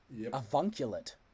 Avunculate